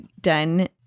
done